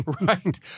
Right